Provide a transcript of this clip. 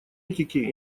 этики